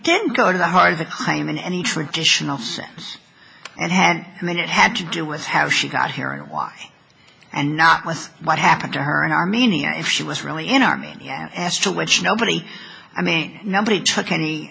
didn't go to the heart of the crime in any traditional sense and hand and then it had to do with how she got here and why and not with what happened to her in armenia if she was really in armenia as to which nobody i mean nobody truck